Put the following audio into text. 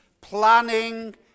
planning